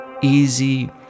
easy